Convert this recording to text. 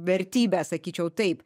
vertybę sakyčiau taip